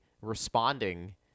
responding